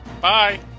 Bye